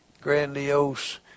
grandiose